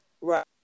Right